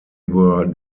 were